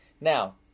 Now